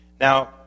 Now